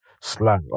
slang